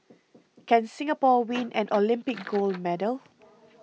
can Singapore win an Olympic gold medal